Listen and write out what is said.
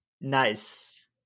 Nice